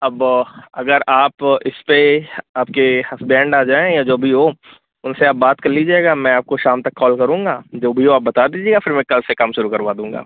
अब अगर आप इस पर आपके हसबेन्ड आ जाएँ या जो भी हों उनसे आप बात कर लीजिएगा मैं आपको शाम तक कॉल करूँगा जो भी हो आप बता दीजिएगा फिर मैं कल से काम शुरू करवा दूँगा